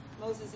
Moses